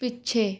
ਪਿੱਛੇ